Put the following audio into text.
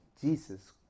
Jesus